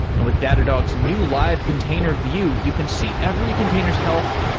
and with datadog's new live container view, you can see every containers health,